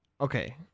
okay